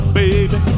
baby